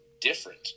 different